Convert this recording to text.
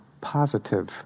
positive